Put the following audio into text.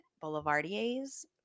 boulevardiers